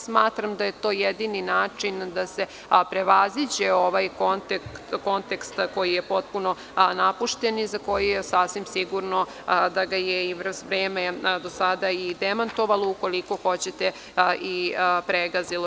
Smatram da je to jedini način da se prevaziđe ovaj kontekst koji je potpuno napušten i za koji je sasvim sigurno da ga je i vreme do sada demantovalo, ukoliko hoćete, i pregazilo.